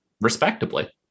respectably